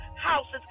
houses